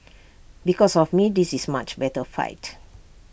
because of me this is much better fight